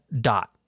dot